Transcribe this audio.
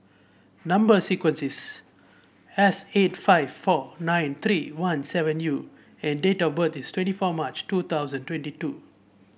number sequence is S eighty five four nine three one seven U and date of birth is twenty four March two thousand twenty two